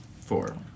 Four